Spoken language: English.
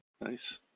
Nice